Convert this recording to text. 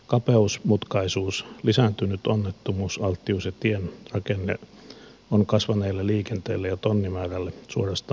kapeus mutkaisuus lisääntynyt onnettomuusalttius ja tien rakenne on kasvaneelle liikenteelle ja tonnimäärälle suorastaan kelvoton